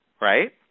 Right